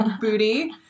booty